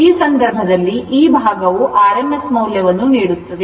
ಈ ಸಂದರ್ಭದಲ್ಲಿ ಈ ಭಾಗವು rms ಮೌಲ್ಯವನ್ನು ನೀಡುತ್ತದೆ